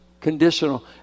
Conditional